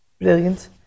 Brilliant